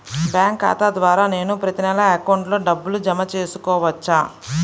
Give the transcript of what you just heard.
Bank ఖాతా ద్వారా నేను ప్రతి నెల అకౌంట్లో డబ్బులు జమ చేసుకోవచ్చా?